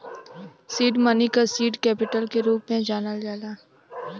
seed money क seed capital के रूप में जानल जाला